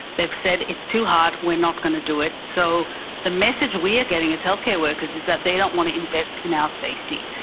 they've said it's too hard, we're not going to do it. so the message we are getting as healthcare workers is that they don't want to invest in our safety.